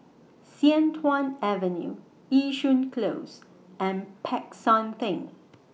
Sian Tuan Avenue Yishun Close and Peck San Theng